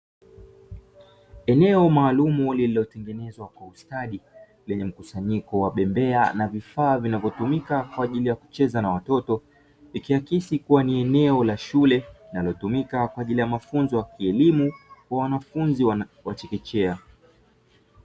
Eneo maalumu lililotengenezwa kwa ustadi lenye mkusanyiko wa bembea na vifaa vinavyotumika kwa ajili ya kucheza na watoto ikiakisi kuwa ni eneo la shule, linalotumika kwa ajili ya mafunzo ya kielimu kwa wanafunzi wa chekechea.